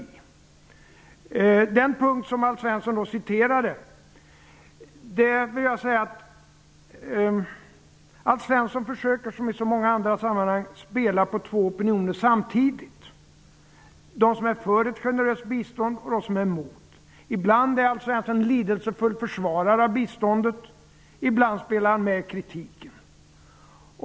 I fråga om den punkt som Alf Svensson citerade framgår det att Alf Svensson försöker -- som i så många andra sammanhang -- spela på två opinioner samtidigt, dvs. de som är för ett generöst bistånd och de som är emot. Ibland är Alf Svensson lidelsefull försvarare av bistånd, ibland spelar han med kritiken.